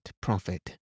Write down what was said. profit